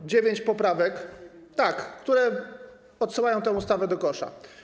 To dziewięć poprawek, które odsyłają tę ustawę do kosza.